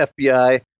FBI